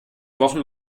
wochen